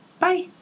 bye